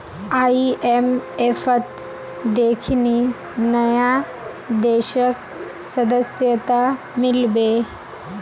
आईएमएफत देखनी नया देशक सदस्यता मिल बे